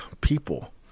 people